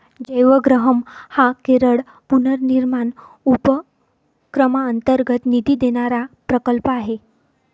जयवग्रहम हा केरळ पुनर्निर्माण उपक्रमांतर्गत निधी देणारा प्रकल्प आहे